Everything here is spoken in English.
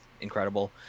incredible